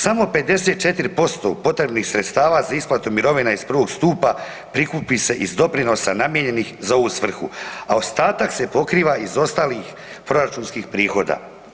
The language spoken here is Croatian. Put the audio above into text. Samo 54% potrebnih sredstava za isplatu mirovina iz prvog stupa prikupi se iz doprinosa namijenjenih za ovu svrhu, a ostatak se pokriva iz ostalih proračunskih prihoda.